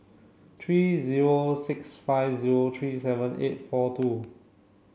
three zero six five zero three seven eight four two